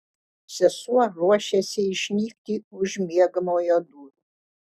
sesuo ruošėsi išnykti už miegamojo durų